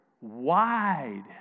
wide